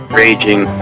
raging